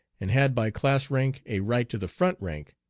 and had by class rank a right to the front rank,